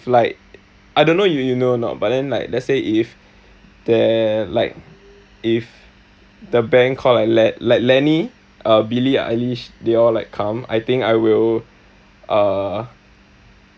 like I don't know you you know or not but then like let's say if there like if the band called like le~ le~ like lenny uh billie eilish they all like come I think I will uh